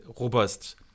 robust